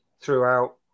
throughout